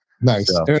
Nice